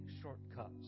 shortcuts